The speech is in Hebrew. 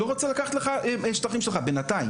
לא רוצה לקחת לך שטחים שלך בינתיים,